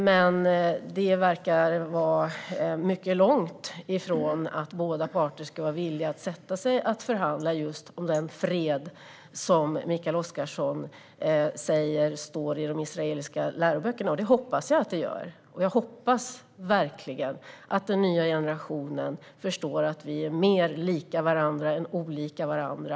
Men man verkar mycket långt ifrån att båda parter ska vara villiga att förhandla om den fred som Mikael Oscarsson säger omnämns i de israeliska läroböckerna. Jag hoppas verkligen att den nya generationen förstår att vi är mer lika än olika varandra.